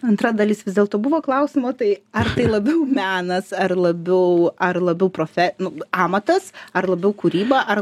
antra dalis vis dėlto buvo klausimo tai ar tai labiau menas ar labiau ar labiau profe nu amatas ar labiau kūryba ar